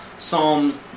Psalms